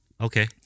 Okay